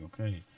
Okay